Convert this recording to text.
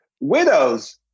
Widows